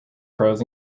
pros